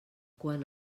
quant